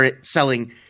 selling